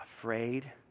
Afraid